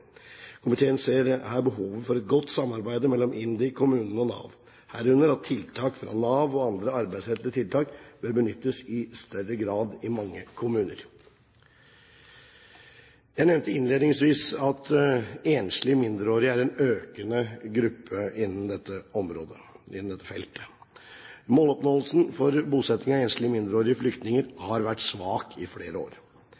Komiteen ser her behovet for et godt samarbeid mellom IMDi, kommunene og Nav, herunder at tiltak fra Nav og andre arbeidsrettede tiltak bør benyttes i større grad i mange kommuner. Jeg nevnte innledningsvis at enslige mindreårige er en økende gruppe innen dette feltet. Måloppnåelsen for bosetting av enslige mindreårige flyktninger har vært svak i flere år.